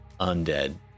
undead